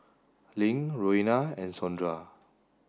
Link Roena and Sondra